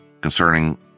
concerning